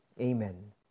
amen